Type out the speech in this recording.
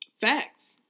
Facts